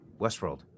Westworld